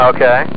Okay